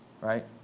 Right